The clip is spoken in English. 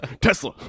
Tesla